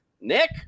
Nick